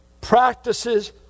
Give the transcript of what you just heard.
practices